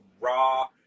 raw